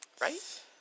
right